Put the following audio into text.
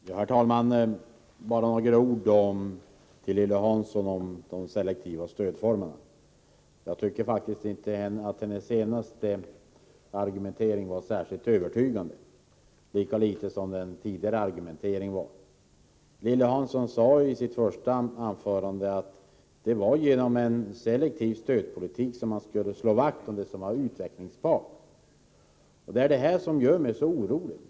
Herr talman! Bara några ord till Lilly Hansson om de selektiva stödformerna. Jag tycker faktiskt inte att hennes senaste argumentering var särskilt övertygande, lika litet som den tidigare argumenteringen var. Lilly Hansson sade i sitt första anförande att man genom en selektiv stödpolitik skulle slå vakt om det som var utvecklingsbart. Det är detta som gör mig så orolig.